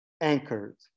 anchored